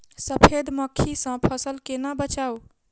सफेद मक्खी सँ फसल केना बचाऊ?